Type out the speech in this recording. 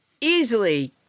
easily